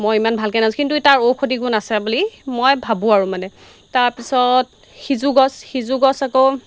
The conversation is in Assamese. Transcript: মই ইমান ভালকৈ নাজানো কিন্তু তাৰ ঔষধি গুণ আছে বুলি মই ভাবোঁ আৰু মানে তাৰপিছত সিজু গছ সিজু গছ আকৌ